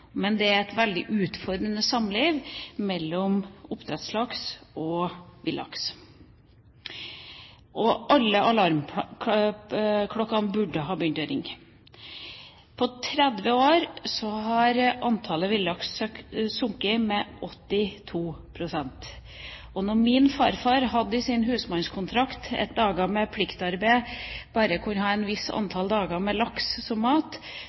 Men det er et veldig utfordrende samliv mellom oppdrettslaks og villaks. Alle alarmklokker burde ha begynt å ringe. På 30 år har antallet villlaksstammer sunket med 82 pst. Min farfar hadde i sin husmannskontrakt at av dagene med pliktarbeid skulle man bare ha laks som mat et visst antall dager, som